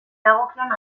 dagokion